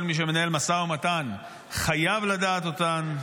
כל מי שמנהל משא ומתן חייב לדעת אותן.